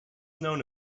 known